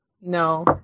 no